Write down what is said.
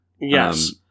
Yes